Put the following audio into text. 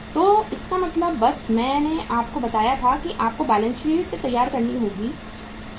तो इसका मतलब बस मैंने आपको बताया था कि आपको बैलेंस शीट तैयार करनी होगी भी